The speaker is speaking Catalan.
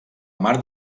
mare